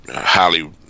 highly